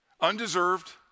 Undeserved